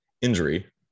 injury